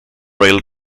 rail